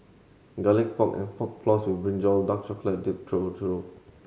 Garlic Pork and Pork Floss with brinjal dark chocolate dipped churro